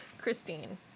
Christine